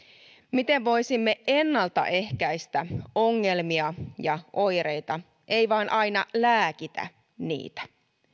miten voisimme ennalta ehkäistä ongelmia ja oireita eikä vain aina lääkitä niitä